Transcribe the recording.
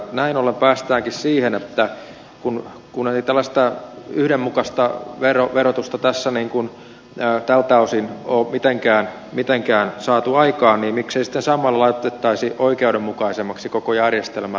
näin ollen päästäänkin siihen että kun ei yhdenmukaista verotusta tältä osin ole mitenkään saatu aikaan niin miksei samalla laitettaisi oikeudenmukaisemmaksi koko järjestelmää